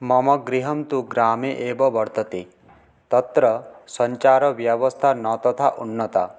मम गृहं तु ग्रामे एव वर्तते तत्र सञ्चारव्यवस्था न तथा उन्नता